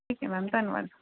ਠੀਕ ਹੈ ਮੈਮ ਧੰਨਵਾਦ